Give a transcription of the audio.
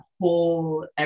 whole